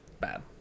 bad